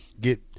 get